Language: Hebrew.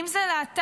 אם זה להט"בים,